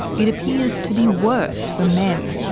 it appears to be worse for men.